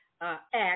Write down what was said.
act